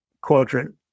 quadrant